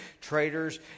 traitors